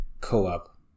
co-op